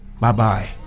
Bye-bye